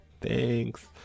Thanks